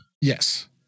Yes